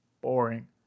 boring